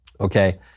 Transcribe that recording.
Okay